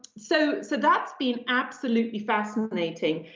so so that's been absolutely fascinating.